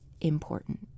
important